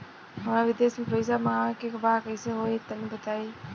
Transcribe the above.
हमरा विदेश से पईसा मंगावे के बा कइसे होई तनि बताई?